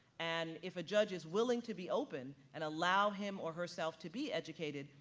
and if a judge is willing to be open and allow him or herself to be educated,